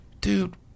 dude